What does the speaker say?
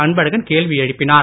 அன்பழகன் கேள்வி எழுப்பினார்